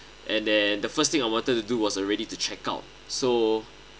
and then the first thing I wanted to do was already to check out so